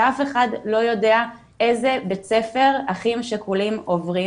ואף אחד לא יודע איזה בית ספר אחים שכולים עוברים